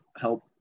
help